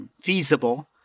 feasible